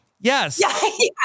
Yes